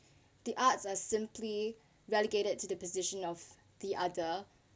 the arts are simply relegated to the position of the other